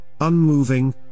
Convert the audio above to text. unmoving